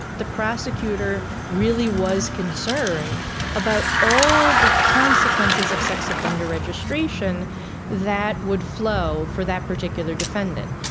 the prosecutor really was concerned about all the consequences of sex offender registration that would flow for that particular defendant.